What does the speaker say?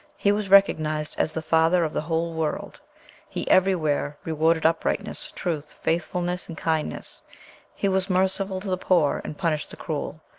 he was recognized as the father of the whole world he everywhere rewarded uprightness, truth, faithfulness, and kindness he was merciful to the poor, and punished the cruel.